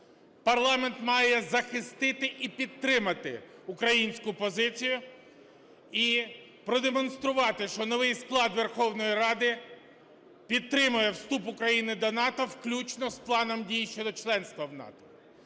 Парламент має захистити і підтримати українську позицію, і продемонструвати, що новий склад Верховної Ради підтримує вступ України до НАТО, включно з Планом дій щодо членства в НАТО.